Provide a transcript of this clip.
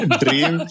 dream